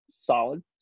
solid